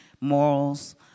morals